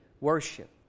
Worship